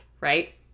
right